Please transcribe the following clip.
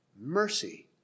Mercy